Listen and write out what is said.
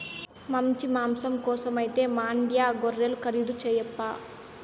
మంచి మాంసం కోసమైతే మాండ్యా గొర్రెలు ఖరీదు చేయప్పా